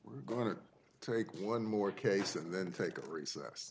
we're going to take one more case and then take a recess